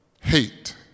hate